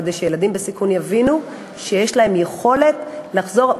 כדי שילדים בסיכון יבינו שיש להם יכולת לחזור.